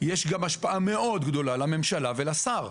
ויש גם השפעה מאוד גדולה לממשלה ולשר.